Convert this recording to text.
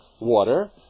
water